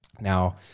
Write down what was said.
Now